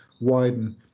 widen